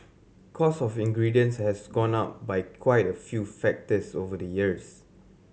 cost of ingredients has gone up by quite a few factors over the years